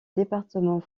département